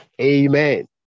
Amen